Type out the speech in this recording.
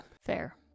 Fair